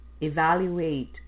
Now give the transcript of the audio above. Evaluate